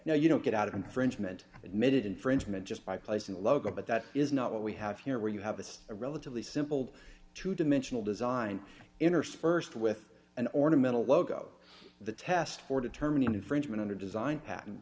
no you don't get out of infringement admitted infringement just by placing the logo but that is not what we have here where you have it's a relatively simple two dimensional design interspersed with an ornamental logo the test for determining infringement under design pat